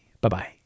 Bye-bye